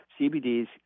CBDs